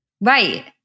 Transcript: Right